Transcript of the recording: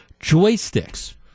Joysticks